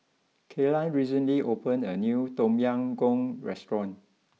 Kaylan recently opened a new Tom Yam Goong restaurant